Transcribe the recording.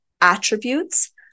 attributes